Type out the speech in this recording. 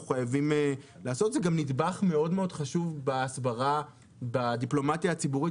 זה גם נדבך מאוד חשוב בהסברה בדיפלומטיה הציבורית